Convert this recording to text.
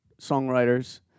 songwriters